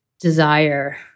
desire